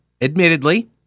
admittedly